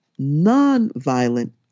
nonviolent